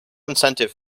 incentive